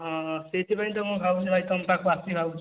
ହଁ ସେଇଥିପାଇଁ ତ ମୁଁ ଭାବୁଛି ଭାଇ ତମ ପାଖକୁ ଆସିବି ଭାବୁଛି ତ